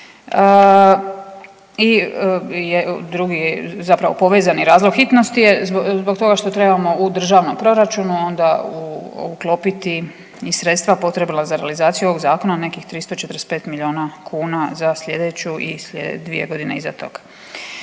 Drugi zapravo povezani razlog hitnosti je zbog toga što trebamo u državnom proračunu onda uklopiti i sredstva potrebna za realizaciju ovog zakona nekih 345 milijuna kuna za sljedeću i dvije godine iza toga.